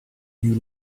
you